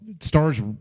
stars